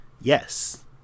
Yes